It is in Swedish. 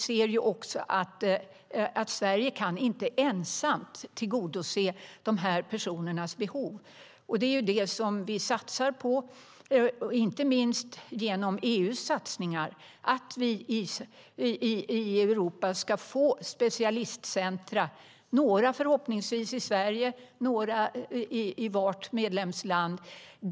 Sverige kan dock inte ensamt tillgodose dessa personers behov. Det är viktigt att vi i Europa, inte minst genom EU:s satsningar, kan få specialistcentrum, några förhoppningsvis i Sverige, andra i övriga medlemsländer.